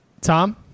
Tom